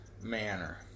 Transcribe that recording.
manner